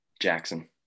Jackson